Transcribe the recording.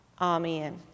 Amen